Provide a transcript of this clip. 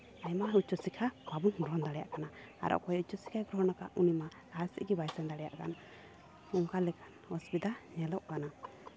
ᱟᱭᱢᱟ ᱩᱪᱪᱚ ᱥᱤᱠᱠᱷᱟ ᱵᱟᱵᱚᱱ ᱜᱨᱚᱦᱚᱱ ᱫᱟᱲᱮᱭᱟᱜ ᱠᱟᱱᱟ ᱟᱨ ᱚᱠᱚᱭ ᱩᱪᱪᱚ ᱥᱤᱠᱠᱷᱟᱭ ᱜᱨᱚᱦᱚᱱ ᱟᱠᱟᱫ ᱩᱱᱤᱢᱟ ᱞᱟᱦᱟ ᱥᱮᱫ ᱜᱮ ᱵᱟᱭ ᱥᱮᱱ ᱫᱟᱲᱮᱭᱟᱜ ᱠᱟᱱ ᱚᱱᱠᱟ ᱞᱮᱠᱟᱱ ᱚᱥᱩᱵᱤᱫᱷᱟ ᱧᱮᱞᱚᱜ ᱠᱟᱱᱟ